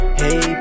hey